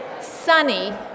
sunny